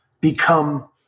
become